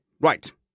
Right